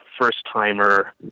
first-timer